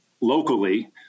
locally